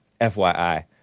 FYI